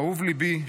אהוב ליבי,